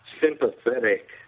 sympathetic